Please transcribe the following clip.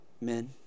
men